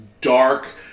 dark